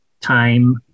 time